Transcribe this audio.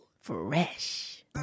Fresh